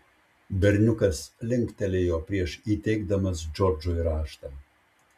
berniukas linktelėjo prieš įteikdamas džordžui raštą